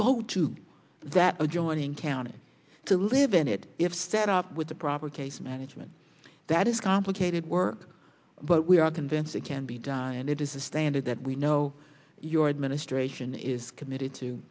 go to that adjoining county to live in it if set up with the proper case management that is complicated work but we are convinced it can be done and it is a standard that we know your administration is committed to